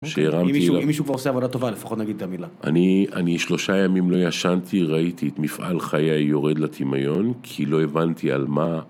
אם מישהו כבר עושה עבודה טובה לפחות נגיד את המילה אני שלושה ימים לא ישנתי, ראיתי את מפעל חיי יורד לטימיון כי לא הבנתי על מה